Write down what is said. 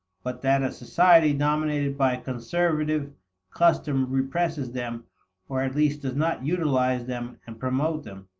but that a society dominated by conservative custom represses them or at least does not utilize them and promote them.